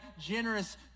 generous